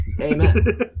Amen